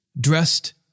dressed